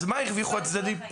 אז מה הרוויחו הצדדים?